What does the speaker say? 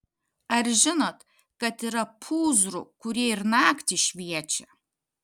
ar žinot kad yra pūzrų kurie ir naktį šviečia